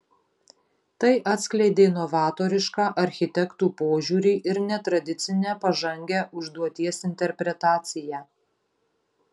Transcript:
tai atskleidė novatorišką architektų požiūrį ir netradicinę pažangią užduoties interpretaciją